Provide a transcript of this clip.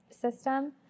system